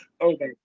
Okay